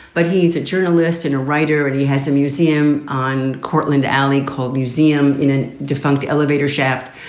but he's a journalist and a writer and he has a museum on cortland alley called museum in a defunct elevator shaft.